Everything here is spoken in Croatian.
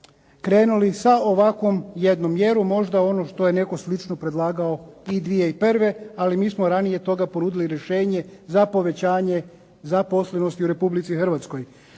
krenuli sa ovakvom jednom mjerom. Možda ono što je netko slično predlagao i 2001., ali mi smo ranije toga ponudili rješenje za povećanje zaposlenosti u Republici Hrvatskoj.